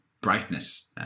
brightness